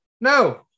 No